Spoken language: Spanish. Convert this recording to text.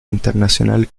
internacional